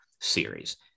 series